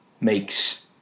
makes